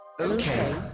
Okay